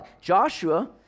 Joshua